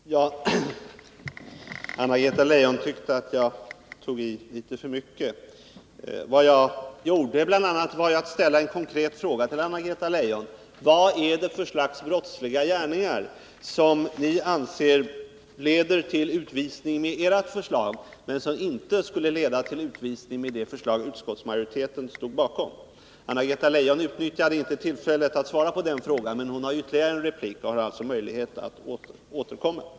Herr talman! Anna-Greta Leijon tyckte att jag tog i litet för mycket. Jag ställde bl.a. en konkret fråga till henne: Vad är det för slags brottsliga gärningar som ni anser leder till utvisning enligt ert förslag, men som inte skulle leda till utvisning enligt utskottsmajoritetens förslag? Anna-Greta Leijon utnyttjade inte tillfället att svara på den frågan, men hon har ju ytterligare en replik och kan alltså återkomma.